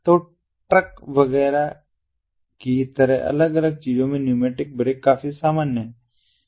तो ट्रक वगैरह की तरह अलग अलग चीजों में न्यूमैटिक ब्रेक काफी सामान्य है